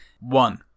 One